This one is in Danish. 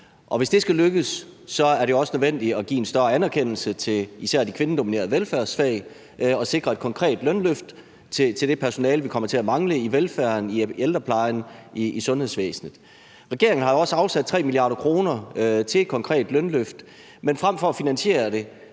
Og hvis det skal lykkes, er det også nødvendigt at give en større anerkendelse til især de kvindedominerede velfærdsfag og sikre et konkret lønløft til det personale, vi kommer til at mangle i velfærden, i ældreplejen og i sundhedsvæsenet. Regeringen har jo også afsat 3 mia. kr. til et konkret lønløft, men frem for at finansiere det